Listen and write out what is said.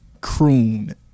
Croon